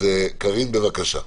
אז קארין, בבקשה.